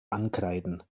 ankreiden